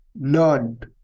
learned